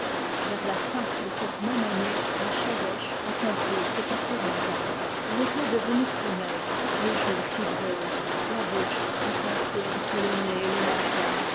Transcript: vers la fin de cette même année la chavoche accomplit ses quatre-vingt ans elle était devenue très maigre les joues fibreuses la bouche enfoncée entre le nez et le menton